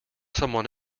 someone